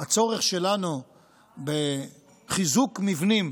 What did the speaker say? שלנו בחיזוק מבנים